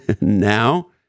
Now